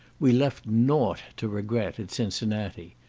we left nought to regret at cincinnati.